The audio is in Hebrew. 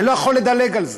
אני לא יכול לדלג על זה,